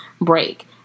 break